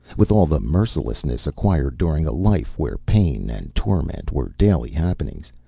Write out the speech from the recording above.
with all the mercilessness acquired during a life where pain and torment were daily happenings,